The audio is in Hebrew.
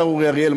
השר אורי אריאל,